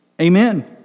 Amen